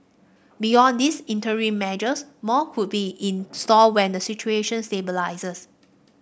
beyond these interim measures more could be in store when the situation stabilises